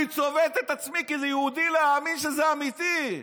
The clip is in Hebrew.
אני צובט את עצמי, כיהודי, להאמין שזה אמיתי.